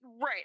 right